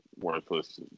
worthless